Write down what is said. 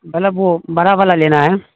bulb وہ برا والا لینا ہے